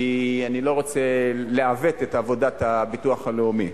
כי אני לא רוצה לעוות את עבודת הביטוח הלאומי,